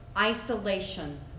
isolation